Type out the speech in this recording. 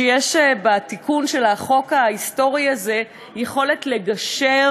ויש בתיקון החוק ההיסטורי הזה יכולת לגשר